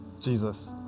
Jesus